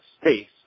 space